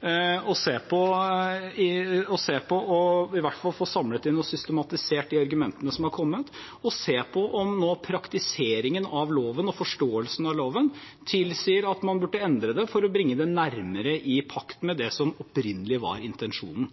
i hvert fall få samlet inn og systematisert de argumentene som er kommet, og se på om praktiseringen av loven og forståelsen av den tilsier at man burde endre det, for å bringe det nærmere i pakt med det som opprinnelig var intensjonen.